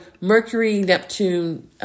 Mercury-Neptune